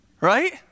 Right